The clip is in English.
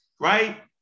right